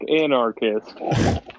anarchist